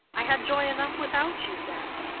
i had joy enough without you then.